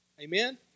Amen